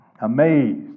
amazed